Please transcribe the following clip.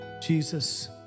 Jesus